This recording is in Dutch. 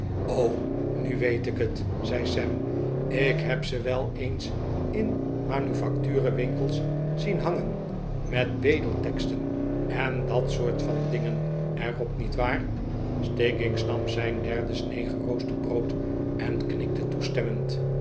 nu weet ik het zei sam ik heb ze wel eens in raanufacturenwinkels zien hangen met bedel teksten en dat soort van dingen er op niet waar stiggins nam zijn derde snee geroosterd brood en knikte toestemmend